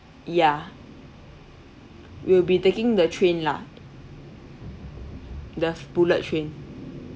ya we'll be taking the train lah there's bullet train